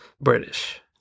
British